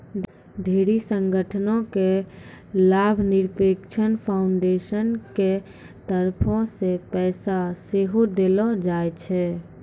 ढेरी संगठनो के लाभनिरपेक्ष फाउन्डेसन के तरफो से पैसा सेहो देलो जाय छै